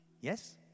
Yes